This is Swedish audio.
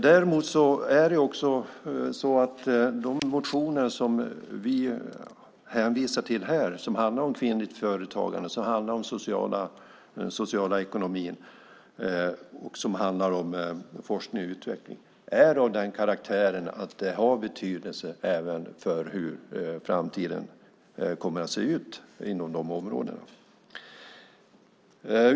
Däremot är de motioner som vi hänvisar till här, som handlar om kvinnligt företagande, social ekonomi och forskning och utveckling, av den karaktären att de har betydelse även för hur framtiden kommer att se ut inom de områdena.